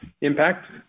impact